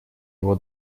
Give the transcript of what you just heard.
его